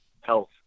health